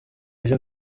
byo